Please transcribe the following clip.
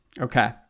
Okay